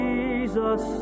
Jesus